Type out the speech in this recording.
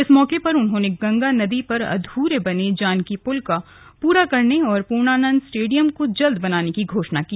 इस मौके पर उन्होंने गंगा नदी पर अध्रे बने जानकी पूल को पूरा करने और पूर्णानंन्द स्टेडियम को जल्द बनाने की घोषणा की